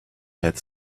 had